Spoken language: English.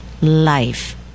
life